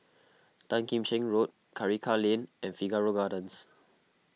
Tan Kim Cheng Road Karikal Lane and Figaro Gardens